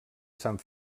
sant